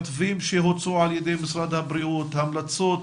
מתווים שהוצעו על ידי משרד הבריאות, המלצות